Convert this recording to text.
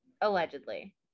Allegedly